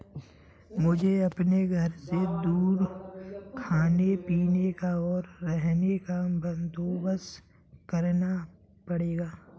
मुझे अपने घर से दूर खाने पीने का, और रहने का बंदोबस्त करना पड़ेगा